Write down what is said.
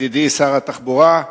תודה, ידידי שר התחבורה,